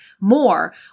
more